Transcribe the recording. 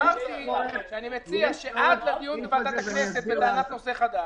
אמרתי שאני מציע שעד לדיון בוועדת הכנסת במעמד נושא חדש,